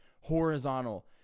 horizontal